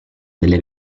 delle